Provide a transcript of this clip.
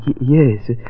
yes